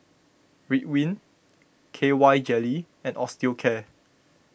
Ridwind K Y Jelly and Osteocare